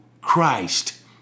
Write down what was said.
Christ